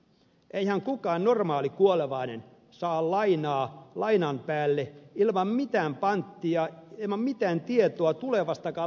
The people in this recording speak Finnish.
eihän kukaan normaali kuolevainen saa lainaa lainan päälle ilman mitään panttia ilman mitään tietoa tulevastakaan lainanmaksukyvystä